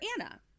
Anna